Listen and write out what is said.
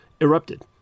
erupted